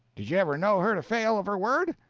did you ever know her to fail of her word?